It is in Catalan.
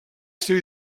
seu